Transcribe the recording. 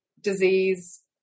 disease